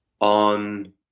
on